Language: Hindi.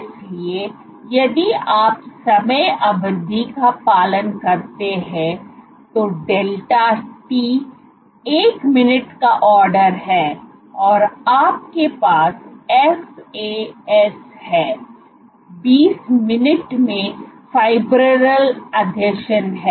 इसलिए यदि आप समय अवधि का पालन करते हैं तो डेल्टा टी एक मिनट का आर्डर है और आपके पास FAS है 20 मिनट में fibrillar आसंजन है